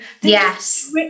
yes